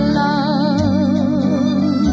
love